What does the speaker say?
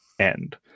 end